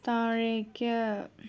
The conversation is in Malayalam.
താഴേക്ക്